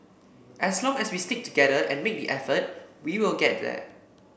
as long as we stick together and make the effort we will get there